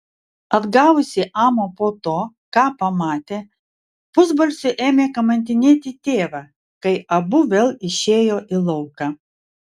atgavusi amą po to ką pamatė pusbalsiu ėmė kamantinėti tėvą kai abu vėl išėjo į lauką